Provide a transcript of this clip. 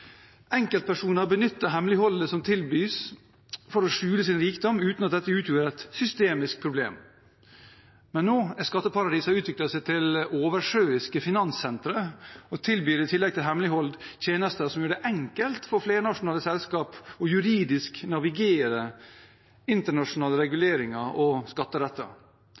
Enkeltpersoner benyttet hemmeligholdet som tilbys, for å skjule sin rikdom uten at dette utgjorde et systemisk problem. Men nå har skatteparadisene utviklet seg til oversjøiske finanssentre og tilbyr, i tillegg til hemmelighold, tjenester som gjør det enkelt for flernasjonale selskaper juridisk å navigere internasjonale reguleringer og